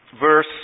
verse